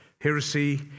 heresy